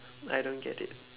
I don't get it